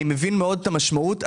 אני מבין מאוד את המשמעות.